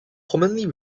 commonly